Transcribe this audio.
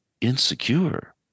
insecure